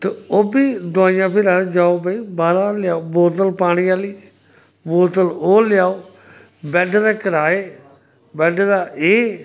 ते ओह् बी दोआइयां फिर आखदे जाओ भाई बाह्रा दा लेआओ बोतल पानी आह्ली बोतल ओह् लेआओ बैड्ड दे कराए बैड्ड दा एह्